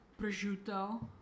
prosciutto